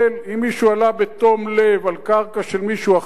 אם מישהו עלה בתום לב על קרקע של מישהו אחר,